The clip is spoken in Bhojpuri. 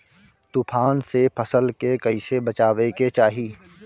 तुफान से फसल के कइसे बचावे के चाहीं?